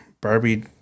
Barbie